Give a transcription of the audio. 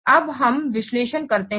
अब हम विश्लेषण करते हैं